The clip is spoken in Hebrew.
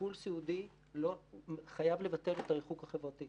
טיפול סיעודי חייב לבטל את הריחוק החברתי.